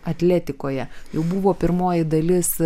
atletikoje jau buvo pirmoji dalis